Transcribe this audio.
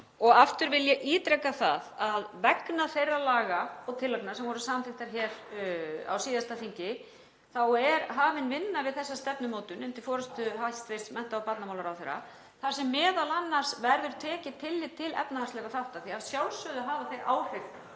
bendir á, og ítreka að vegna þeirra laga og tillagna sem voru samþykktar hér á síðasta þingi þá er hafin vinna við þessa stefnumótun undir forystu hæstv. mennta- og barnamálaráðherra þar sem m.a. verður tekið tillit til efnahagslegra þátta því að sjálfsögðu hafa þeir áhrif